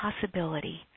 possibility